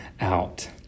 out